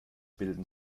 bilden